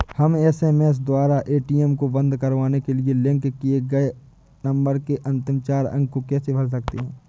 हम एस.एम.एस द्वारा ए.टी.एम को बंद करवाने के लिए लिंक किए गए नंबर के अंतिम चार अंक को कैसे भर सकते हैं?